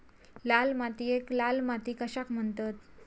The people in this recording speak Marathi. लाल मातीयेक लाल माती कशाक म्हणतत?